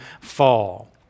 fall